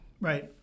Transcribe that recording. Right